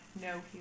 no